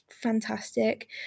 fantastic